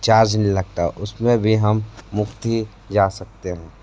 charge नहीं लगता उसमें भी हम मुफ़्त ही जा सकते हैं